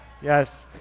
Yes